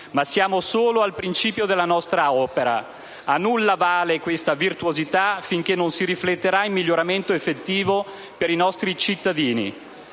Ma siamo solo al principio della nostra opera: a nulla vale questa virtuosità finché non si rifletterà in miglioramento effettivo per i nostri cittadini.